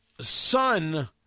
son